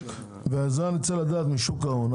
וזה אני רוצה לדעת משוק ההון,